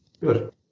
Good